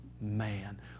man